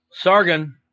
Sargon